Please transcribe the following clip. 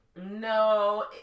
no